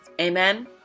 Amen